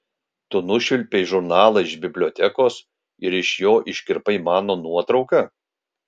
tu nušvilpei žurnalą iš bibliotekos ir iš jo iškirpai mano nuotrauką